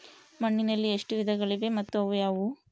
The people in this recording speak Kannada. ಮಣ್ಣಿನಲ್ಲಿ ಎಷ್ಟು ವಿಧಗಳಿವೆ ಮತ್ತು ಅವು ಯಾವುವು?